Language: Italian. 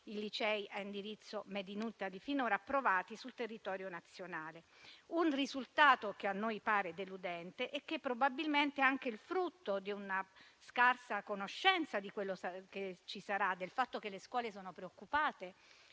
i licei ad indirizzo *made in Italy* finora approvati sul territorio nazionale. Un risultato che a noi pare deludente e che probabilmente è anche il frutto di una scarsa conoscenza del fatto che le scuole sono preoccupate,